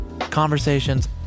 Conversations